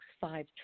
five